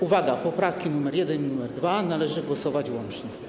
Uwaga: nad poprawkami nr 1 i nr 2 należy głosować łącznie.